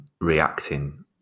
reacting